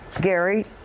Gary